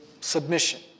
submission